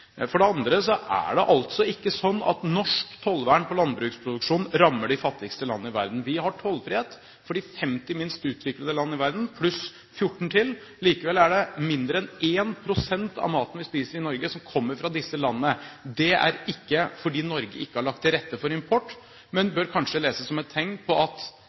For det andre er det altså ikke sånn at norsk tollvern på landbruksproduksjon rammer de fattigste landene i verden. Vi har tollfrihet for de 50 minst utviklede land i verden pluss 14 til. Likevel er det mindre enn 1 pst. av maten vi spiser i Norge, som kommer fra disse landene. Det er ikke fordi Norge ikke har lagt til rette for import, men bør kanskje leses som et tegn på at disse landene har andre utfordringer og andre bekymringer enn at